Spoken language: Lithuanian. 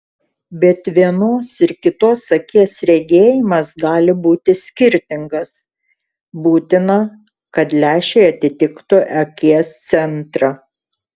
bet vienos ir kitos akies regėjimas gali būti skirtingas būtina kad lęšiai atitiktų akies centrą